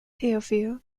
théophile